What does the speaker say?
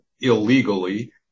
illegally